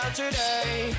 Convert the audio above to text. Today